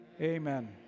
Amen